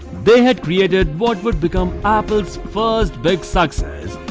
they have created what will become apple's first big success,